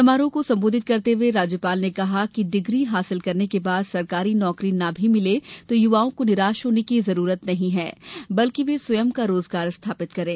समारोह को संबोधित करते हुए राज्यपाल ने कहा कि डिग्री हासिल करने के बाद सरकारी नौकरी न भी मिले तो युवाओं को निराश होने की जरूरत नहीं है बल्कि वे स्वयं का रोजगार स्थापित करें